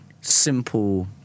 simple